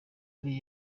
ari